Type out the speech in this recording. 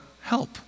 Help